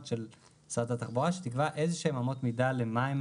של משרד התחבורה שיקבע איזו שהם אמות מידה למה,